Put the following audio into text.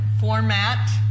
format